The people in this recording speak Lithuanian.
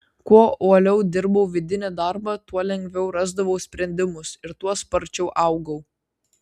kuo uoliau dirbau vidinį darbą tuo lengviau rasdavau sprendimus ir tuo sparčiau augau